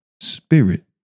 spirit